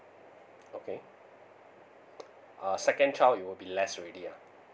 okay uh second child it would be less already ah